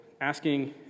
asking